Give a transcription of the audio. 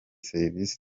serivisi